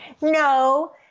no